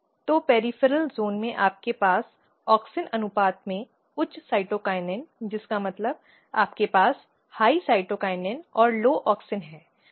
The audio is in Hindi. तो पॅरिफ़ॅरॅल जोन में आपके पास ऑक्सिन अनुपात में उच्च साइटोकिनिन जिसका मतलब आपके पास उच्च साइटोकिनिन और कम ऑक्सिन है